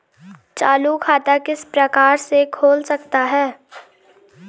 चालू खाता किस प्रकार से खोल सकता हूँ?